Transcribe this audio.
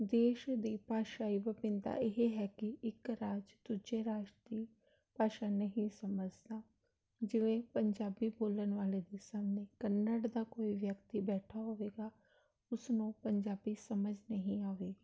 ਦੇਸ਼ ਦੀ ਭਾਸ਼ਾਈ ਵਿਭਿੰਨਤਾ ਇਹ ਹੈ ਕਿ ਇਕ ਰਾਜ ਦੂਜੇ ਰਾਜ ਦੀ ਭਾਸ਼ਾ ਨਹੀਂ ਸਮਝਦਾ ਜਿਵੇਂ ਪੰਜਾਬੀ ਬੋਲਣ ਵਾਲੇ ਦੇ ਸਾਹਮਣੇ ਕੰਨੜ ਦਾ ਕੋਈ ਵਿਅਕਤੀ ਬੈਠਾ ਹੋਵੇਗਾ ਉਸਨੂੰ ਪੰਜਾਬੀ ਸਮਝ ਨਹੀਂ ਆਵੇਗੀ